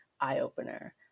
eye-opener